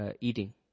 eating